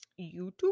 YouTube